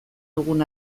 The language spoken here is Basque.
dugun